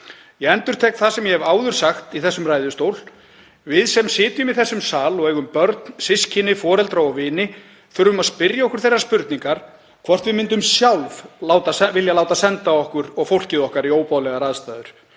Ég endurtek það sem ég hef áður sagt í þessum ræðustól: Við sem sitjum í þessum sal og eigum börn, systkini, foreldra og vini þurfum að spyrja okkur þeirrar spurningar hvort við myndum sjálf vilja láta senda okkur og fólkið okkar í óboðlegar aðstæður.